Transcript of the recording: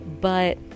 But-